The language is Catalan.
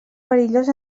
perillós